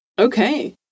Okay